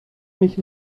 mich